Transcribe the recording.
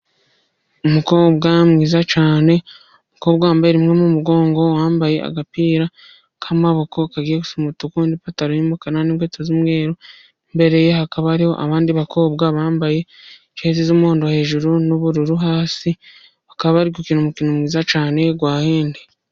Umukobwa mwiza cyane, umukobwa wambaye rimwe mu mugongo, wambaye agapira k'amaboko kagiye gusa umutuku, n'ipantaro y' umukara n'inkweto z'umweru. Imbere ye hakaba hariho abandi bakobwa bambaye jezi z'umuhondo hejuru n'ubururu hasi, bakaba bari gukina umukino mwiza cyane wa hendi.